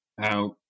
out